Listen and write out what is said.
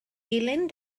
dilyn